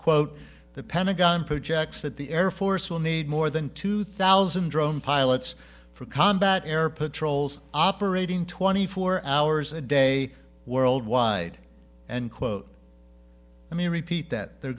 quote the pentagon projects that the air force will need more than two thousand drone pilots for combat air patrols operating twenty four hours a day worldwide and quote i mean repeat that they're